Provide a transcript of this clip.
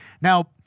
Now